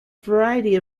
variety